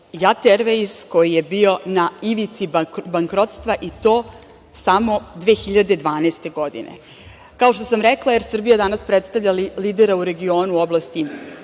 „Jat ervejz“ koji je bio na ivici bankrotstva i to samo 2012. godine. Kao što sam rekla „Et Srbija“ danas predstavlja lidera u regionu u oblasti